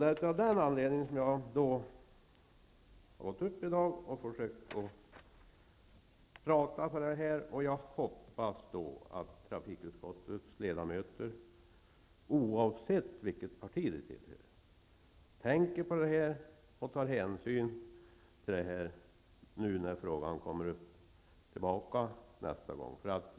Det är av den anledningen som jag har begärt ordet, och jag hoppas att trafikutskottets ledamöter, oavsett vilket parti de tillhör, tänker på det jag har sagt och tar hänsyn till det när frågan kommer tillbaka.